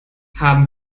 haben